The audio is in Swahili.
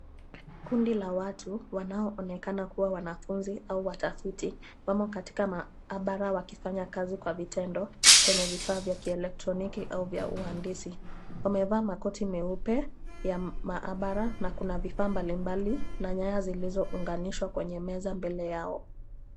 Kundi la watu wanaonekana kuwa wanafunzi au watafiti wamo katika mahabara wakifanya kazi kwa vitendo kwenye vifaa vya kielektroniki au vya uhandisi . Wamevaa makoti meupe ya mahabara na kuna vifaa tofauti na nyaya zilizounganishwa kwenye meza mbele yao.